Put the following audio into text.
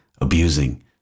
abusing